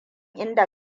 inda